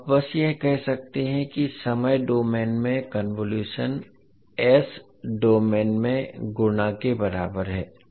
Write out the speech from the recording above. तो आप बस यह कह सकते हैं कि समय डोमेन में कन्वोलुशन s डोमेन में गुणा के बराबर है